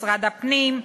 משרד הפנים,